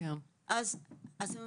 אז הם